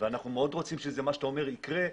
ואנחנו מאוד רוצים שמה שאתה אומר יקרה.